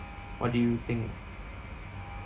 what do you think